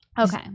Okay